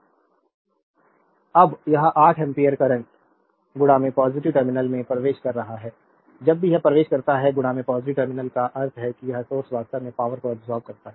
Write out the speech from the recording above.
ampere current is entering the terminal of p2 So p2 will be 2 8 16 watt power absorbed अब यह 8 ampere current positive terminal में प्रवेश कर रहा है जब भी यह प्रवेश करता है पॉजिटिव टर्मिनल का अर्थ है यह सोर्स वास्तव में पावरको अब्सोर्बेद करता है